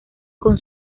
con